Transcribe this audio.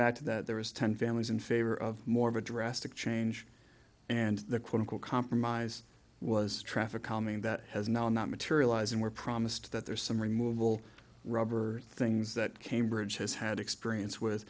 back to that there was ten families in favor of more of a drastic change and the critical compromise was traffic calming that has now not materialize and were promised that there's some removal rubber things that cambridge has had experience with